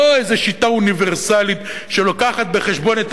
לא איזו שיטה אוניברסלית שמביאה בחשבון את